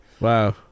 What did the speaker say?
Wow